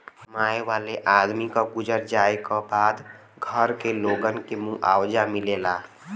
कमाए वाले आदमी क गुजर जाए क बाद घर के लोगन के मुआवजा मिलेला